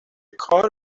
کار